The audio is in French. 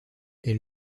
est